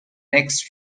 next